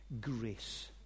grace